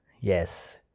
yes